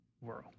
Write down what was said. world